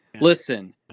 Listen